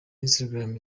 instagram